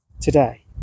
today